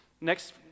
Next